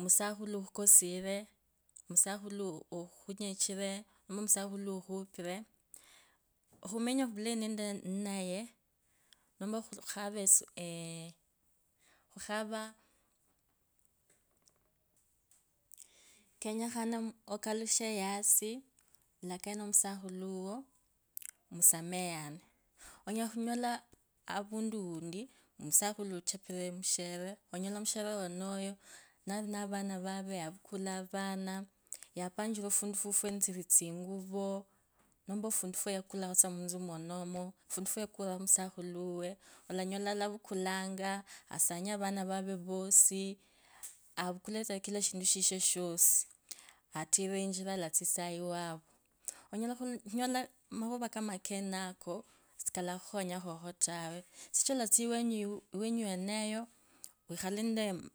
musakhulu ukosire, masakhulu ukhunyachire nomba musakhulu ukhupire, khumenya vulayi ninaye nomba khukhava eeh. Khukhava kenyakhane okalushe yasiolakaye nomusakhulu uwo musamehane onyala khunyola avundi undi omusakhulu ampire omushere. Olanyola omushere wonoyo nalinavana vave yavukule avaha. Yapachire afundu fwufwe netsiri etsinguvo ofundu fwayakulakho tsa mutsu mwonomo ufundu fwayakulakho tsa omusakhulu, olanyola alavukulangu, asanye avana vave vosi avukule tsakila eshindu shishe shosi yatiririre ichira alatsitsanga iwavo. Onyolakhunyola makhuva kama kenako sikalakhukhonyakho tawe sichira ulatsia lwenyu weneyo wekhale nende.